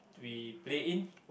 we play in